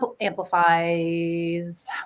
amplifies